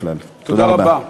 תודה רבה.